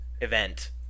event